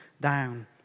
down